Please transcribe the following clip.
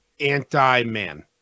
anti-man